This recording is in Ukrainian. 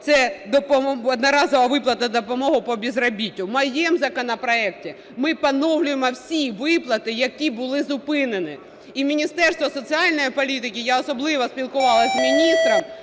це одноразова виплата допомоги по безробіттю. В моєму законопроекті ми поновлюємо всі виплати, які були зупинені. І Міністерство соціальної політики, я особливо спілкувалась з міністром,